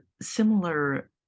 similar